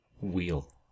wheel